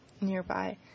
nearby